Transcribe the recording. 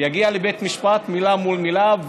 יגיע לבית משפט מילה מול מילה.